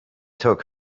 took